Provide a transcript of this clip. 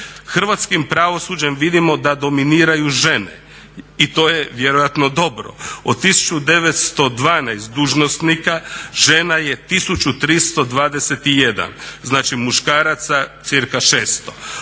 Hrvatskim pravosuđem vidimo da dominiraju žene i to je vjerojatno dobro. Od 1912 dužnosnika žena je 1321, znači muškaraca cirka 600.